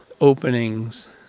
openings